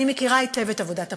אני מכירה היטב את עבודת הפרקליטות,